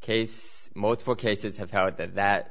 case most four cases have how it that that